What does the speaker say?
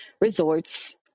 resorts